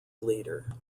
leader